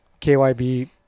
KYB